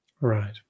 Right